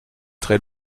très